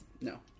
No